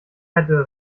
hätte